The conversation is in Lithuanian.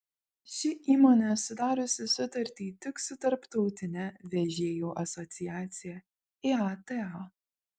ši įmonė sudariusi sutartį tik su tarptautine vežėjų asociacija iata